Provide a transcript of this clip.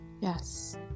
Yes